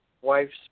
wife's